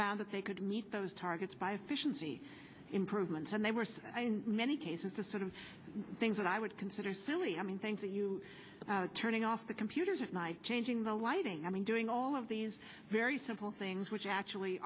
found that they could meet those targets by efficiency improvements and they were many cases the sort of things that i would consider silly i mean thank you turning off the computers at night changing the lighting i mean doing all of these very simple things which actually